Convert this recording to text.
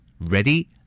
Ready